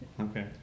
Okay